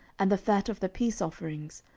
and the fat of the peace offerings,